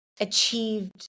achieved